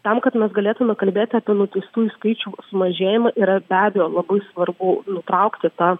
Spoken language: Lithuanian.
tam kad mes galėtume kalbėti apie nuteistųjų skaičiaus mažėjimą yra be abejo labai svarbu nutraukti tą